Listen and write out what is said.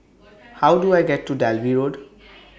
How Do I get to Dalvey Road